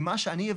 עם מה שהבנתי,